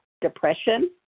depression